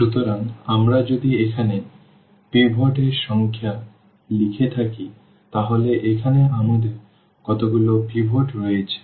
সুতরাং আমরা যদি এখানে পিভট এর সংখ্যা লিখে থাকি তাহলে এখানে আমাদের কতগুলি পিভট রয়েছে